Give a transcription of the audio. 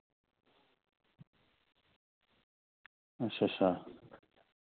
अच्छा अच्छा